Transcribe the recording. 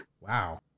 Wow